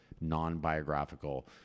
non-biographical